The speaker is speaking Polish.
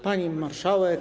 Pani Marszałek!